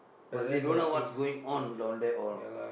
but they don't know what's going on down there all